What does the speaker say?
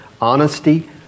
honesty